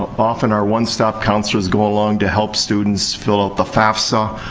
often, our one stop counselors go along to help students fill out the fafsa,